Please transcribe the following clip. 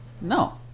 no